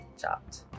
Chopped